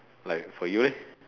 like for you leh